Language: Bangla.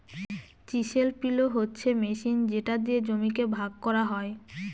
চিসেল পিলও হচ্ছে মেশিন যেটা দিয়ে জমিকে ভাগ করা হয়